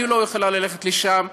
היא לא יכולה ללכת לשם,